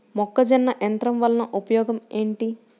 మొక్కజొన్న యంత్రం వలన ఉపయోగము ఏంటి?